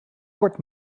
kort